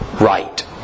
right